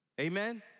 Amen